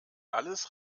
alles